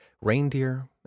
reindeer